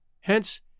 Hence